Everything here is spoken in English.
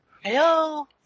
Hello